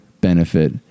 benefit